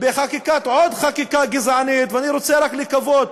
בחקיקת עוד חקיקה גזענית, ואני רוצה רק לקוות